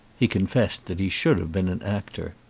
he confessed that he should have been an actor.